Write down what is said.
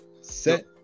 Set